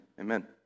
amen